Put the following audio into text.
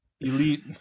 Elite